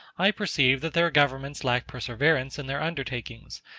i perceive that their governments lack perseverance in their undertakings,